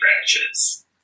branches